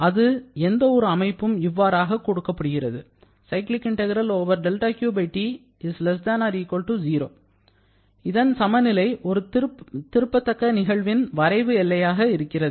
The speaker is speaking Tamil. அது எந்த ஒரு அமைப்பும் இவ்வாறாக கொடுக்கப்படுகிறது இதன் சமநிலை ஒரு திரும்பத்தக்க நிகழ்வின் வரைவு எல்லையாக இருக்கிறது